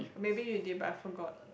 maybe you did but I forgot